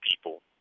people